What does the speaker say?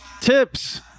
tips